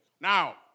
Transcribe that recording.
Now